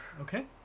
Okay